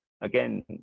again